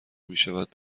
میشود